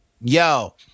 Yo